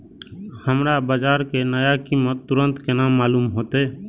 हमरा बाजार के नया कीमत तुरंत केना मालूम होते?